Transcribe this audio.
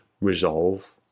resolve